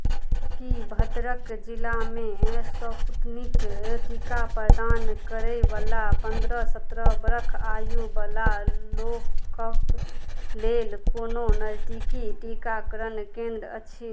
की भद्रक जिलामे स्पूतनिक टीका प्रदान करयवला पन्द्रह सत्रह बरख आयुवला लोकक लेल कोनो नजदीकी टीकाकरण केन्द्र अछि